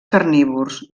carnívors